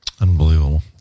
Unbelievable